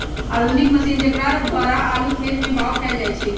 आधुनिक मशीन जेकरा द्वारा आलू खेत में बाओ कएल जाए छै